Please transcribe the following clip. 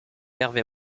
hervé